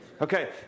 Okay